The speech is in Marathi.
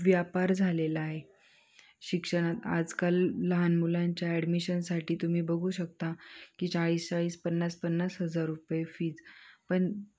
व्यापार झालेला आहे शिक्षणात आजकाल लहान मुलांच्या ॲडमिशनसाठी तुम्ही बघू शकता की चाळीस चाळीस पन्नास पन्नास हजार रुपये फीज पण